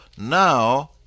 now